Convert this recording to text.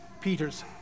Peter's